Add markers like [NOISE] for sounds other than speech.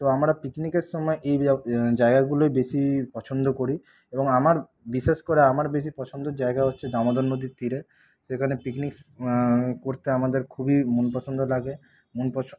তো আমরা পিকনিকের সময় এই [UNINTELLIGIBLE] জায়গাগুলোয় বেশি পছন্দ করি এবং আমার বিশেষ করে আমার বেশি পছন্দের জায়গা দামোদর নদীর তীরে সেখানে পিকনিক করতে আমাদের খুবই মন পছন্দ লাগে মন [UNINTELLIGIBLE]